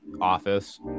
Office